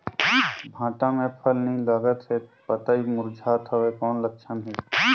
भांटा मे फल नी लागत हे पतई मुरझात हवय कौन लक्षण हे?